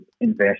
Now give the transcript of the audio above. invest